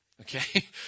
Okay